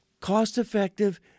cost-effective